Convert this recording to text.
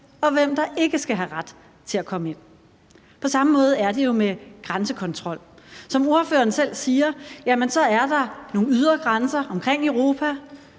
og hvem der ikke har ret til at komme ind. På samme måde er det jo med grænsekontrol. Som ordføreren selv siger, er der nogle ydre grænser omkring Europa,